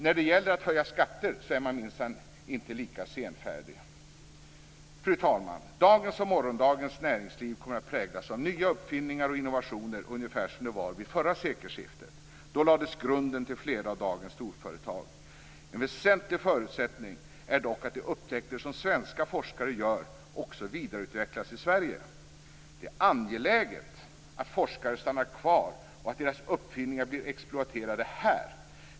När det gäller att höja skatter är man minsann inte lika senfärdig. Fru talman! Dagens och morgondagens näringsliv kommer att präglas av nya uppfinningar och innovationer - ungefär som det var vid det förra sekelskiftet. Då lades grunden till flera av dagens storföretag. En väsentlig förutsättning är dock att de upptäckter som svenska forskare gör också vidareutvecklas i Sverige. Det är angeläget att forskare stannar kvar och att deras uppfinningar blir exploaterade här.